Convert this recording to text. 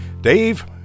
Dave